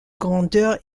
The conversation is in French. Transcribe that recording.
grandeur